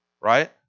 Right